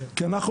כי אנחנו,